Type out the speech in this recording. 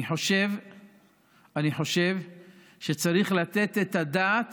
אני חושב שצריך לתת את הדעת